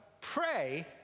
pray